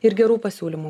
ir gerų pasiūlymų